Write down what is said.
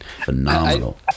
phenomenal